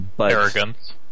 Arrogance